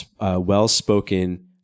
well-spoken